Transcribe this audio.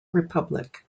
republic